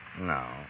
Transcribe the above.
No